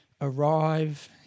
arrive